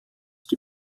die